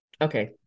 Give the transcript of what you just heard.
Okay